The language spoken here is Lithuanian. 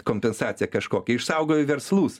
kompensacija kažkokia išsaugojo verslus